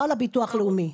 לא על הביטוח הלאומי,